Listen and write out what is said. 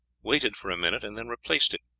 waited for a minute, and then replaced it.